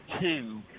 two